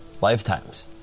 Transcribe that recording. Lifetimes